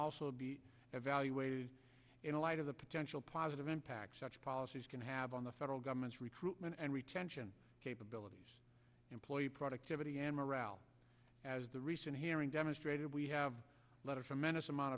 also be evaluated in light of the potential positive impact such policies can have on the federal government's recruitment and retention capabilities employee productivity and morale as the recent hearing demonstrated we have letter from menace amount